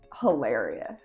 hilarious